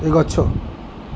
ଏ ଗଛ